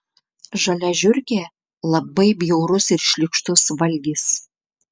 žalia žiurkė labai bjaurus ir šlykštus valgis